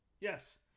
Yes